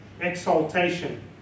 exaltation